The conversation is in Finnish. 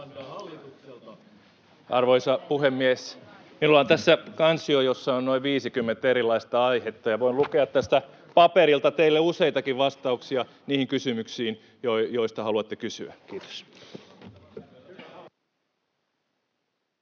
Arvoisa puhemies! Minulla on tässä kansio, jossa on noin 50 erilaista aihetta, ja voin lukea tästä paperilta teille useitakin vastauksia niihin kysymyksiin, joista haluatte kysyä. — Kiitos.